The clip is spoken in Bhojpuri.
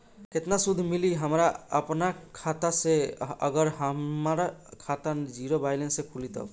केतना सूद मिली हमरा अपना खाता से अगर हमार खाता ज़ीरो बैलेंस से खुली तब?